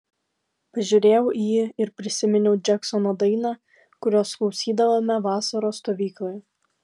pažiūrėjau į jį ir prisiminiau džeksono dainą kurios klausydavome vasaros stovykloje